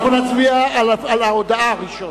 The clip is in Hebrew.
אנחנו נצביע על ההודעה ראשונה.